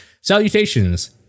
salutations